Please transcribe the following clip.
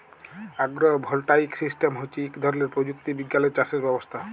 আগ্র voltaic system হচ্যে ইক ধরলের প্রযুক্তি বিজ্ঞালের চাসের ব্যবস্থা